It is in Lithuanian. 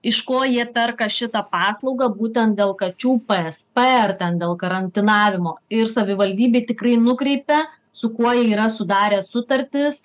iš ko jie perka šitą paslaugą būtent dėl kačių psp ar ten dėl karantinavimo ir savivaldybė tikrai nukreipia su kuo jie yra sudarę sutartis